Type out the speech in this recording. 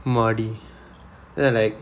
அம்மாடி:ammaadi then like